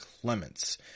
Clements